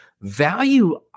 value